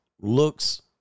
looks